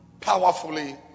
powerfully